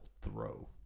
throw